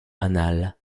anale